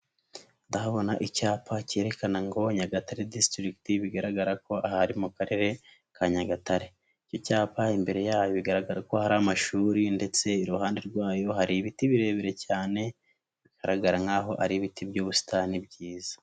Ndahabona icyapa cyerekana ngo Nyagatare disitirigiti bigaragara ko aha ari mu karere ka Nyagatare, icyo cyapa imbere yaho bigaragara ko hari amashuri ndetse iruhande rwayo hari ibiti birebire cyane bigaragara nk'aho ari ibiti by'ubusitani byiza.